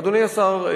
אדוני השר,